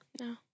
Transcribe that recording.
No